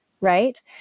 right